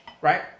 right